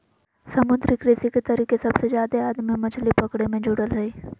समुद्री कृषि के तरीके सबसे जादे आदमी मछली पकड़े मे जुड़ल हइ